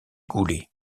goulet